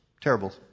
terrible